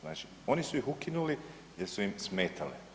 Znači, oni su ih ukinuli jer su im smetali.